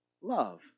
love